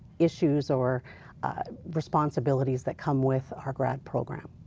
issues or responsibilities that come with our grad program.